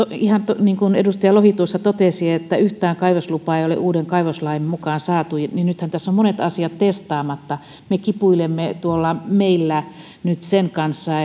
ihan niin kuin edustaja lohi tuossa totesi yhtään kaivoslupaa ei ole uuden kaivoslain mukaan saatu eli nythän tässä on monet asiat testaamatta me kipuilemme meillä nyt sen kanssa